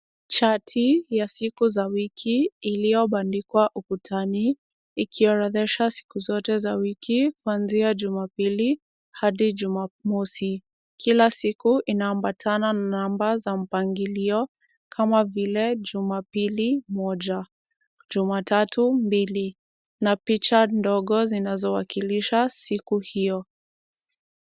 Chati ya siku za wiki iliyobandikwa ukutani ikiorodhesha siku zote za wiki kuanzia Jumapili hadi Jumamosi. Kila siku inaambatana na namba za mpangilio kama vile Jumapili moja, Jumatatu mbili na picha ndogo zinazowakilisha siku hiyo.